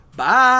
Bye